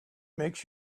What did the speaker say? makes